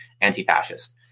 anti-fascist